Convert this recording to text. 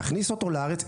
להכניס אותו לארץ,